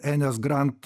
enės grant